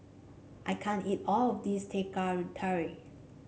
I can't eat all of this Teh Tarik